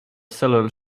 cellar